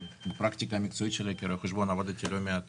בפרקטיקה המקצועית שלי כרואה חשבון עבדתי לא מעט